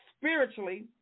spiritually